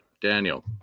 Daniel